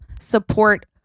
support